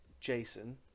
Jason